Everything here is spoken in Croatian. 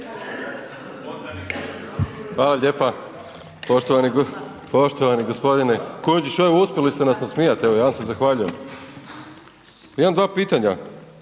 Hvala lijepa. Poštovani g. Kujundžić, evo uspjeli ste nas nasmijat, evo ja vam se zahvaljujem. Imam dva pitanja,